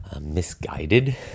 misguided